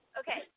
okay